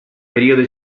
periodo